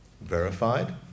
verified